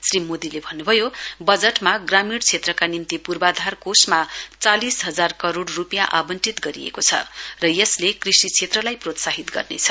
श्री मोदीले भन्न्भयो बजटमा ग्रामीण क्षेत्रका निम्ति पूर्वाथार कोषमा चालिस हजार करोड रूपियाँ आवंटित गरिएको छ र यसले कृषि क्षेत्रलाई प्रोत्साहित गर्नेछ